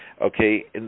okay